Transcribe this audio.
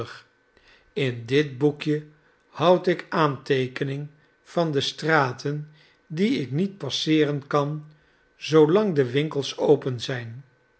in dit boekje houd ik aanteekening van de straten die ik niet passeeren kan zoolang de winkels open zijn